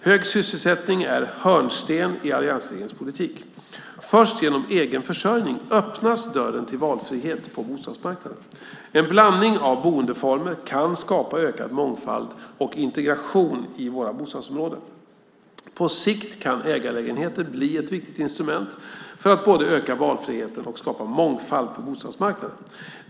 Hög sysselsättning är en hörnsten i alliansregeringens politik. Först genom egen försörjning öppnas dörren till valfrihet på bostadsmarknaden. En blandning av boendeformer kan skapa ökad mångfald och integration i våra bostadsområden. På sikt kan ägarlägenheter bli ett viktigt instrument för att både öka valfriheten och skapa mångfald på bostadsmarknaden.